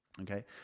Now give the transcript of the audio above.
Okay